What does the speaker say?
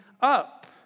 up